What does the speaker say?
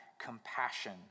compassion